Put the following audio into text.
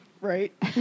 Right